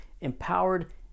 empowered